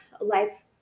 life